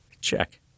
Check